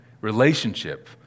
relationship